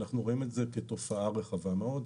אנחנו רואים את זה כתופעה רחבה מאוד.